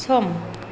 सम